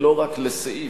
ולא רק לסעיף,